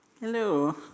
Hello